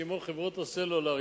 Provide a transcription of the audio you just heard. כמו חברות הסלולר,